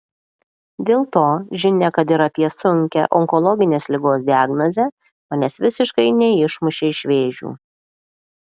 dėl to žinia kad ir apie sunkią onkologinės ligos diagnozę manęs visiškai neišmušė iš vėžių